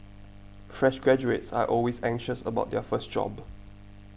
fresh graduates are always anxious about their first job